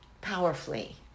powerfully